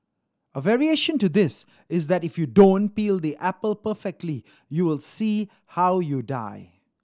a variation to this is that if you don't peel the apple perfectly you will see how you die